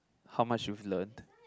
how much you've learned